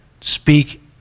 speak